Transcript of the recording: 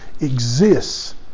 exists